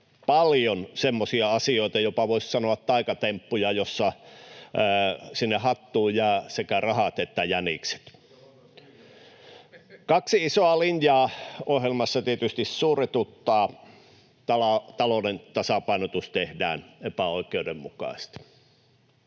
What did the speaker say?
paljon semmoisia asioita, voisi sanoa, jopa taikatemppuja, joissa sinne hattuun jää sekä rahat että jänikset. Kaksi isoa linjaa ohjelmassa tietysti suretuttaa: Talouden tasapainotus tehdään epäoikeudenmukaisesti.